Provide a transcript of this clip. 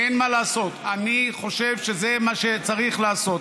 אין מה לעשות, אני חושב שזה מה שצריך לעשות.